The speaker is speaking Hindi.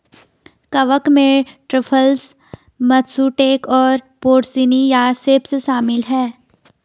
कवक में ट्रफल्स, मत्सुटेक और पोर्सिनी या सेप्स शामिल हैं